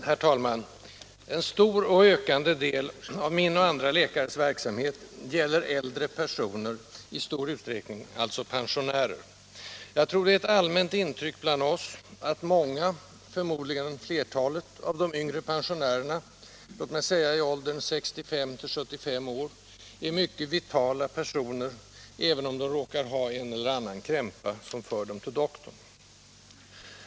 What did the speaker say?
Herr talman! En stor och ökande del av min och andra läkares verksamhet gäller äldre personer, i stor utsträckning alltså ”pensionärer”. Jag tror att det är ett allmänt intryck bland oss att många, förmodligen flertalet, av de yngre pensionärerna — låt mig säga i åldern 65-75 år —- är mycket vitala personer, även om de råkar ha en eller annan krämpa som för dem till doktorn.